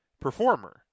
performer